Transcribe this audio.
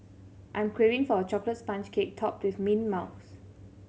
I'm craving for a chocolate sponge cake topped with mint mousse